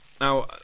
Now